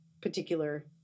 particular